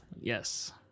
yes